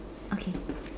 okay